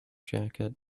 jacket